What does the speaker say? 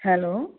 hello